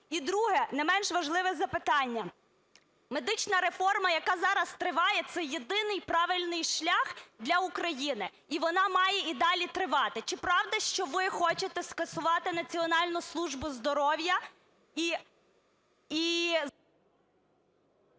І друге, не менш важливе запитання. Медична реформа, яка зараз триває – це єдиний правильний шлях для України. І вона має і далі тривати. Чи правда, що ви хочете скасувати Національну службу здоров'я?